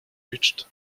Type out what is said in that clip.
reached